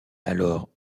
alors